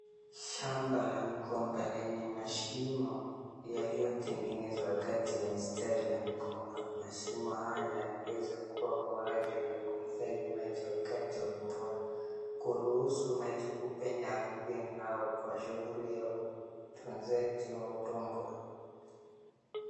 Shamba la migomba lenye mashimo yaliyotengenezwa kati ya mistari ya migomba. Mashimo hayo yanaweza kuwa kwa ajili ya kuhifadhi maji wakati wa mvua, kuruhusu maji kupenya ardhini au kwa shughuli ya utunzaji wa udongo.